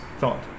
thought